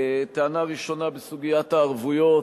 טענה ראשונה, בסוגיית הערבויות.